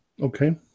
Okay